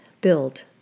build